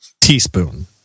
Teaspoon